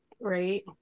right